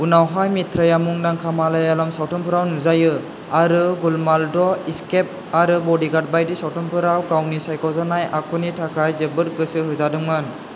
उनावहाय मिथ्राआ मुंदांखा मालायालम सावथुनफोराव नुजायो आरो गुलुमाल द' एस्केप और बडीगार्ड बायदि सावथुनफोराव गावनि सायख'नाय आखुनि थाखाय जोबोद गोसो होजादोंमोन